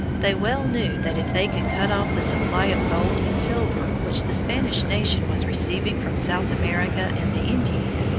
they well knew that if they could cut off the supply of gold and silver which the spanish nation was receiving from south america and the indies,